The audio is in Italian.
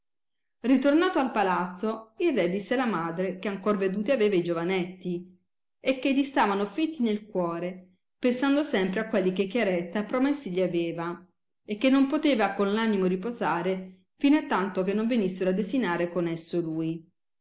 ritornato al palazzo il re disse alla madre che ancor veduti aveva i giovanetti e che gli stavano fitti nel cuore pensando sempre a quelli che chiaretta promessi gli aveva e che non poteva con l animo riposare fino a tanto che non venissero a desinare con esso lui